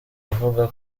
avuga